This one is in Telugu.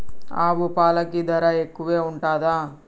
ఆవు పాలకి ధర ఎక్కువే ఉంటదా?